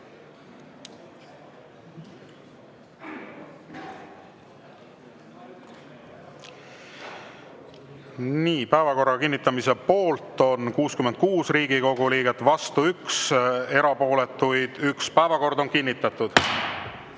Päevakorra kinnitamise poolt on 66 Riigikogu liiget, vastu 1, erapooletuid 1. Päevakord on kinnitatud. Ja